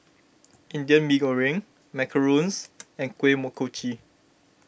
Indian Mee Goreng Macarons and Kuih Kochi